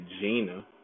Gina